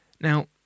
Now